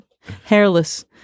Hairless